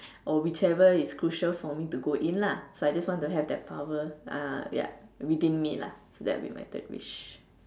or whichever is crucial for me to go in lah so I just want to have that power ah ya within me lah so that would be my third wish